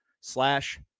slash